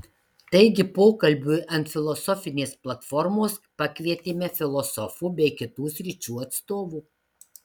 taigi pokalbiui ant filosofinės platformos pakvietėme filosofų bei kitų sričių atstovų